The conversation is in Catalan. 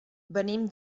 venim